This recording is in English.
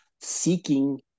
seeking